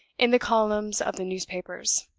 in the columns of the newspapers.